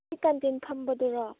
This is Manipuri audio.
ꯁꯤ ꯀꯥꯟꯇꯤꯟ ꯐꯝꯕꯗꯨꯔꯣ